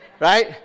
Right